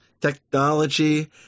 technology